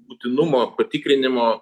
būtinumo patikrinimo